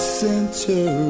center